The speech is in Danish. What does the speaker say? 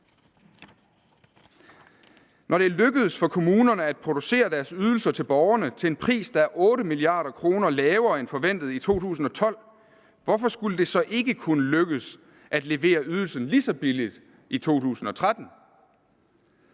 Når det er lykkedes for kommunerne at producere deres ydelser til borgerne til en pris, der er 8 mia. kr. lavere end forventet i 2012, hvorfor skulle det så ikke kunne lykkes at levere ydelsen lige så billigt i 2013?